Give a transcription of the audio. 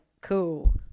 cool